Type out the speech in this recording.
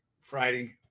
Friday